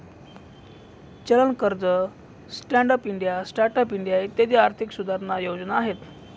चलन कर्ज, stand up India, start up India इत्यादी आर्थिक सुधारणा योजना आहे